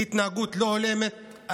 היא התנהגות לא הולמת.